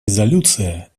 резолюция